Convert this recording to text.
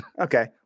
okay